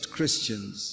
Christians